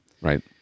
Right